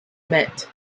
meant